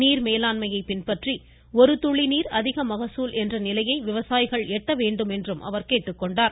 நீர் மேலாண்மையை பின்பற்றி ஒரு துளி நீர் அதிக மகசூல் என்ற நிலையை விவசாயிகள் எட்ட வேண்டும் என கேட்டுக்கொண்டார்